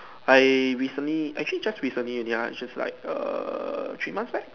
I recently actually just recently only lah just like err three months back